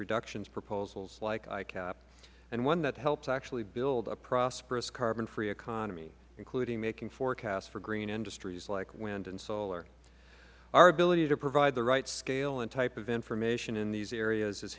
reduction proposals like icap and one that helps actually build a prosperous carbon free economy including making forecasts for green industries like wind and solar our ability to provide the right scale and type of information in these areas is